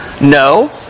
no